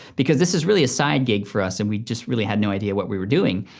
because this is really a side gig for us and we just really had no idea what we were doing.